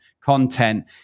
content